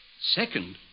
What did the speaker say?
Second